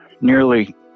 nearly